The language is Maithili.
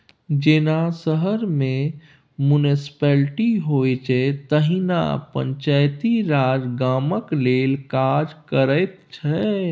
जेना शहर मे म्युनिसप्लिटी होइ छै तहिना पंचायती राज गामक लेल काज करैत छै